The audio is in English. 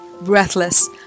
breathless